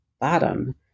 bottom